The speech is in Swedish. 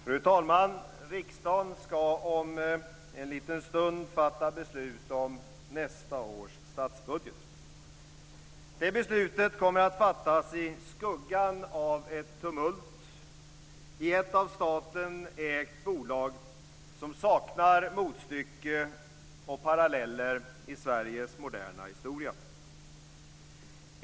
Fru talman! Riksdagen ska om en liten stund fatta beslut om nästa års statsbudget. Detta beslut kommer att fattas i skuggan av ett tumult i ett av staten ägt bolag som saknar motstycken och paralleller i Sveriges moderna historia.